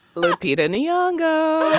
lupita nyong'o yay